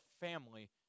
family